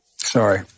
Sorry